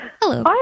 Hello